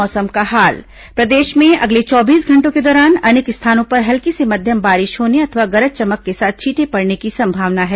मौसम प्रदेश में अगले चौबीस घंटों के दौरान अनेक स्थानों पर हल्की से मध्यम बारिश होने अथवा गरज चमक के साथ छींटे पड़ने की संभावना है